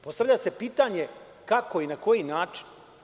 Postavlja se pitanje kako i na koji način?